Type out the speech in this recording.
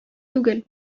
түгел